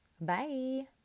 Bye